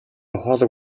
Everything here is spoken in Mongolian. ухаалаг